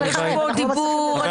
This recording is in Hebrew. אני מקשיבה.